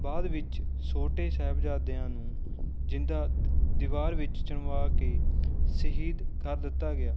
ਬਾਅਦ ਵਿੱਚ ਛੋਟੇ ਸਾਹਿਬਜ਼ਾਦਿਆਂ ਨੂੰ ਜ਼ਿੰਦਾ ਦ ਦੀਵਾਰ ਵਿੱਚ ਚਿਣਵਾ ਕੇ ਸ਼ਹੀਦ ਕਰ ਦਿੱਤਾ ਗਿਆ